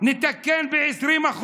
נתקן ב-20%.